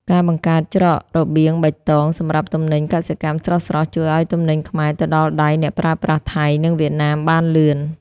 ការបង្កើត "ច្រករបៀងបៃតង"សម្រាប់ទំនិញកសិកម្មស្រស់ៗ ជួយឱ្យទំនិញខ្មែរទៅដល់ដៃអ្នកប្រើប្រាស់ថៃ និងវៀតណាមបានលឿន។